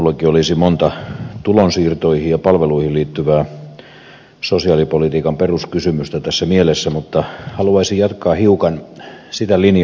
minullakin olisi monta tulonsiirtoihin ja palveluihin liittyvää sosiaalipolitiikan peruskysymystä tässä mielessä mutta haluaisin jatkaa hiukan sitä linjaa minkä ed